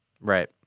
Right